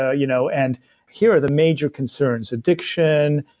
ah you know and here are the major concerns. addiction,